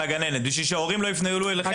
כדי שההורים לא יפנו אליכם.